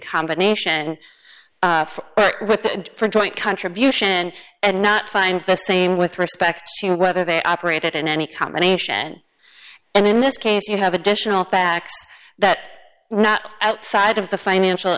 combination for joint contribution and not find the same with respect to whether they operated in any combination and in this case you have additional facts that not outside of the financial